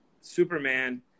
Superman